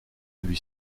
lui